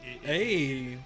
Hey